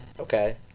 Okay